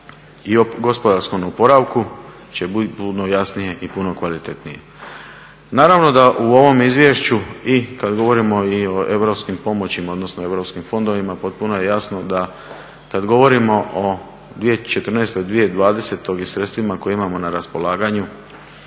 i o gospodarskom oporavku će biti puno jasnije i puno kvalitetnije. Naravno da u ovom izvješću i kad govorimo i o europskim pomoćima, odnosno o europskim fondovima, potpuno je jasno da kad govorimo o 2014. – 2020. i sredstvima koja imamo na raspolaganju